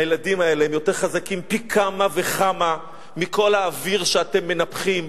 הילדים האלה הם יותר חזקים פי כמה וכמה מכל האוויר שאתם מנפחים,